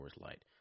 Light